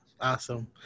Awesome